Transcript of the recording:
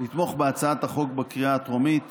לתמוך בהצעת החוק בקריאה הטרומית